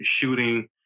shooting